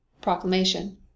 Proclamation